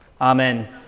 amen